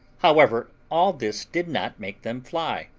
however, all this did not make them fly,